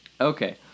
Okay